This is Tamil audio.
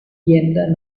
எந்த